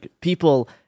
people